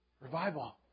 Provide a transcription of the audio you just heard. Revival